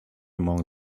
among